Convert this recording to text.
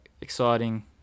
Exciting